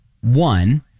one